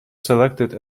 selected